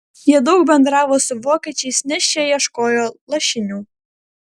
jie daug bendravo su vokiečiais nes šie ieškojo lašinių